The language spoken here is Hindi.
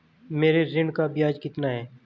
मेरे ऋण का ब्याज कितना है?